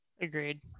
Agreed